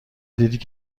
دیدید